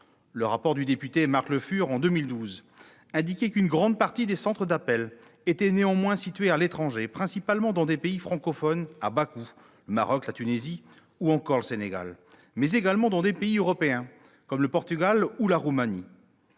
Le rapport du député Marc Le Fur de 2012 indiquait qu'une grande partie des centres d'appel était néanmoins située à l'étranger, principalement dans des pays francophones à bas coûts- le Maroc, la Tunisie ou encore le Sénégal -, mais également dans des pays européens- Portugal ou Roumanie.